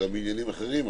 גם בעניינים אחרים,